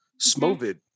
smovid